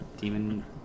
Demon